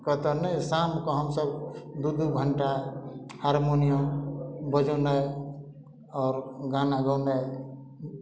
कतऽ ने शाम कऽ हमसब दू दू घंटा हारमोनियम बजौनाइ आओर गाना गौनाइ